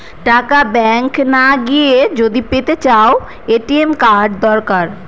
টাকা ব্যাঙ্ক না গিয়ে যদি পেতে চাও, এ.টি.এম কার্ড দরকার